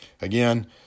again